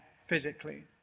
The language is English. physically